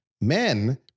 Men